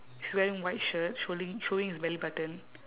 he's wearing white shirt showing showing his belly button